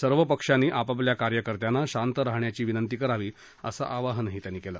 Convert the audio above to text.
सर्व पक्षांनी आपापल्या कार्यकर्त्यांना शांत राहण्याची विनंती करावी असं आवाहन त्यांनी केलं